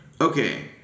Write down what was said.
Okay